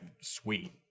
sweet